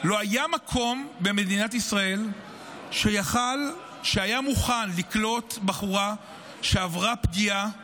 לא היה מקום במדינת ישראל שהיה מוכן לקלוט בחורה שעברה פגיעה מתמשכת.